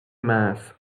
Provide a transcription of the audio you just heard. mince